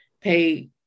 pay